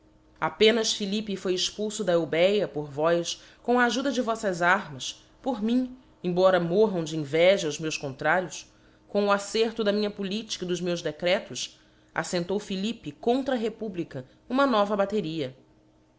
apenas philippe foi expulfo da eubéa por vós com a ajuda de voítas armas por mim embora morram de inveja os meus contrários com o acerto da minha politica e dos meus decretos aítentou philippe contra a republica uma nova bateria